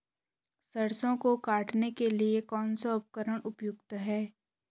सरसों को काटने के लिये कौन सा उपकरण उपयुक्त है?